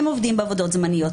הם עובדים בעבודות זמניות,